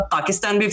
Pakistan